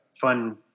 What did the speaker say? fun